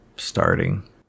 Starting